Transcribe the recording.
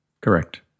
Correct